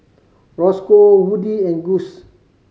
Rosco Woodie and Gust